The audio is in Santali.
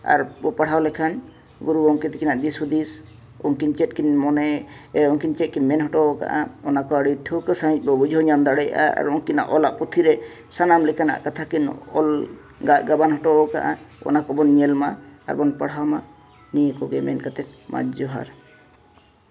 ᱟᱨ ᱵᱚᱱ ᱯᱟᱲᱦᱟᱣ ᱞᱮᱱᱠᱷᱟᱱ ᱜᱩᱨᱩ ᱜᱚᱢᱠᱮ ᱛᱟᱹᱠᱤᱱᱟᱜ ᱫᱤᱥ ᱦᱩᱫᱤᱥ ᱩᱱᱠᱤᱱ ᱪᱮᱫ ᱠᱤᱱ ᱢᱚᱱᱮ ᱩᱱᱠᱤᱱ ᱪᱮᱫ ᱠᱤᱱ ᱢᱮᱱ ᱦᱚᱴᱚ ᱠᱟᱜᱼᱟ ᱚᱱᱟ ᱠᱚ ᱟᱹᱰᱤ ᱴᱷᱟᱹᱶᱠᱟᱹ ᱥᱟᱹᱦᱤᱡ ᱵᱚᱱ ᱵᱟᱲᱟᱭ ᱫᱟᱲᱮᱭᱟᱜᱼᱟ ᱟᱨ ᱩᱱᱠᱤᱱᱟᱜ ᱚᱞᱟᱜ ᱯᱩᱛᱷᱤ ᱨᱮ ᱥᱟᱱᱟᱢ ᱞᱮᱠᱟᱱᱟᱜ ᱠᱟᱛᱷᱟ ᱠᱤᱱ ᱚᱞ ᱜᱟᱜ ᱜᱟᱵᱟᱱ ᱦᱚᱴᱚ ᱠᱟᱜᱼᱟ ᱚᱱᱟ ᱠᱚᱵᱚᱱ ᱧᱮᱞ ᱢᱟ ᱟᱨ ᱵᱚᱱ ᱯᱟᱲᱦᱟᱣ ᱢᱟ ᱱᱤᱭᱟᱹ ᱠᱚᱜᱮ ᱢᱮᱱ ᱠᱟᱛᱮᱫ ᱢᱟ ᱡᱚᱦᱟᱨ